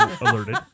alerted